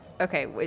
okay